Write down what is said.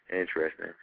Interesting